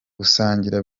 gusangira